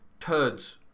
turds